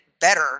better